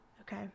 Okay